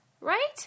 Right